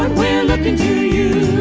we're lookin to you